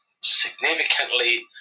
significantly